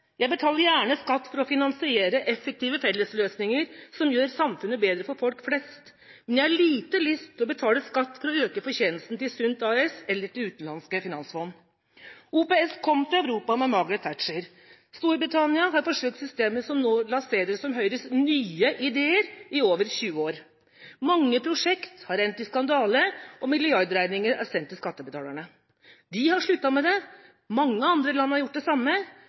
Jeg betaler gjerne skatt for å finansiere effektive fellesløsninger som gjør samfunnet bedre for folk flest, men jeg har lite lyst til å betale skatt for å øke fortjenesten til Sundt AS eller utenlandske finansfond. OPS kom til Europa med Margaret Thatcher. Storbritannia har i over 20 år forsøkt systemet som nå lanseres som Høyres nye ideer. Mange prosjekt har endt i skandale, og milliardregninger er sendt til skattebetalerne. De har sluttet med det, mange andre land har gjort det samme,